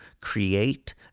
create